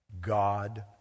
God